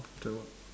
that one